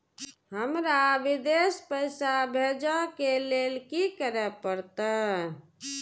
हमरा विदेश पैसा भेज के लेल की करे परते?